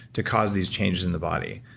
to cause these changes in the body.